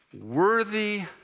worthy